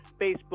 Facebook